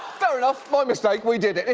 fair enough, my mistake, we did it.